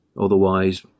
Otherwise